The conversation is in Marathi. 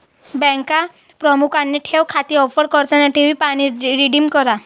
बँका प्रामुख्याने ठेव खाती ऑफर करतात ठेवी पहा आणि रिडीम करा